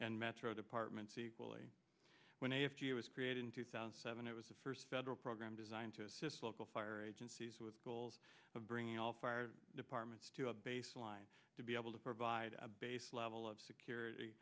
and metro departments equally when a few was created in two thousand seven it was a first federal program designed to assist local fire agencies with schools bringing all fire departments to a baseline to be able to provide a base level of security